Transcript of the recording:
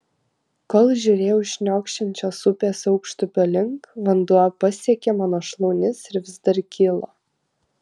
kol žiūrėjau šniokščiančios upės aukštupio link vanduo pasiekė mano šlaunis ir vis dar kilo